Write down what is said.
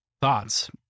thoughts